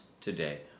today